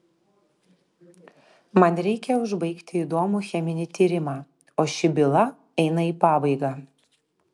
man reikia užbaigti įdomų cheminį tyrimą o ši byla eina į pabaigą